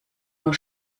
nur